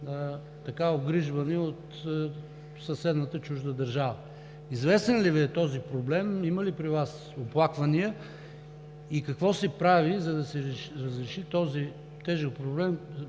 или обгрижвани от съседната чужда държава. Известен ли Ви е този проблем? Има ли при Вас оплаквания и какво се прави, за да се разреши този тежък проблем,